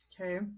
Okay